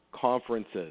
conferences